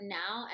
now